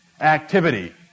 activity